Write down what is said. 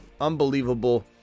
Unbelievable